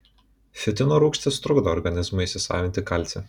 fitino rūgštis trukdo organizmui įsisavinti kalcį